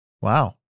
Wow